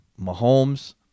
Mahomes